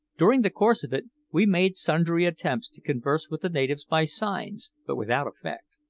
during the course of it we made sundry attempts to converse with the natives by signs, but without effect.